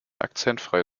akzentfrei